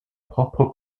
propre